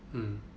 mmhmm